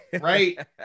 right